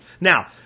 Now